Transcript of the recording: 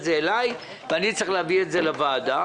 זה אליי ואני צריך להביא את זה לוועדה.